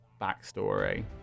backstory